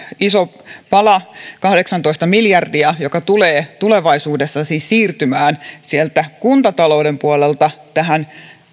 iso pala kahdeksantoista miljardia joka tulee tulevaisuudessa siis siirtymään sieltä kuntatalouden puolelta tähän